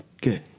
good